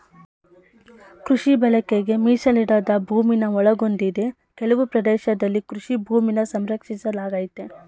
ಕೃಷಿ ಬಳಕೆಗೆ ಮೀಸಲಿಡದ ಭೂಮಿನ ಒಳಗೊಂಡಿದೆ ಕೆಲವು ಪ್ರದೇಶದಲ್ಲಿ ಕೃಷಿ ಭೂಮಿನ ಸಂರಕ್ಷಿಸಲಾಗಯ್ತೆ